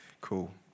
Cool